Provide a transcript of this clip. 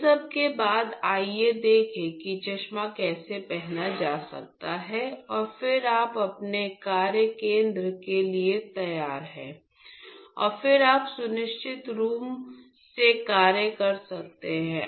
इन सब के बाद आइए देखें कि चश्मा कैसे पहना जा सकता है और फिर आप अपने कार्य केंद्र के लिए तैयार हैं और फिर आप सुरक्षित रूप से काम कर सकते हैं